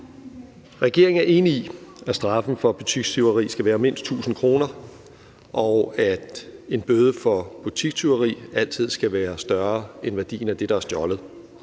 Regeringen er enig i, at straffen for butikstyveri skal være mindst 1.000 kr., og at en bøde for butikstyveri altid skal være større end værdien af det, der er stjålet.